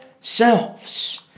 selves